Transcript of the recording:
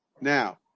Now